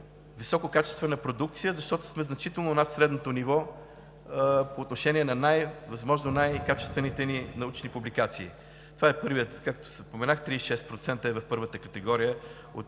висококачествена продукция, защото сме значително над средното ниво по отношение на възможно най-качествените ни научни публикации. Както споменах, 36% е в първата категория от